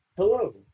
Hello